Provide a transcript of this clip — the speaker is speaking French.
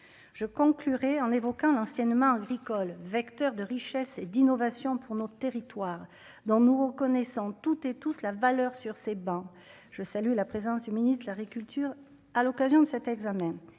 je conclurai en évoquant l'enseignement agricole, vecteur de richesses et d'innovation pour nos territoires dans nous reconnaissant toutes et tous la valeur sur ces ben je salue la présence du ministre de l'agriculture à l'occasion de cet examen,